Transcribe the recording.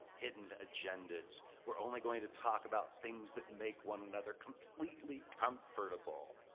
hidden agendas. we're only going to talk about things that make one another completely comfortable.